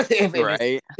right